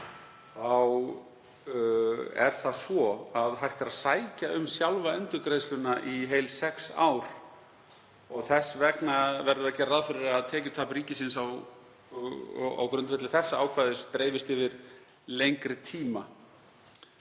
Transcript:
á árinu 2021 er hægt að sækja um sjálfa endurgreiðsluna í heil sex ár og þess vegna verður að gera ráð fyrir að tekjutap ríkisins á grundvelli þessa ákvæðis dreifist yfir lengri tíma